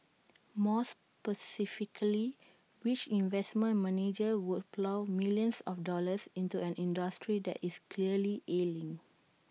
more specifically which investment manager would plough millions of dollars into an industry that is clearly ailing